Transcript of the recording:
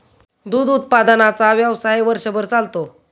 दूध उत्पादनाचा व्यवसाय वर्षभर चालतो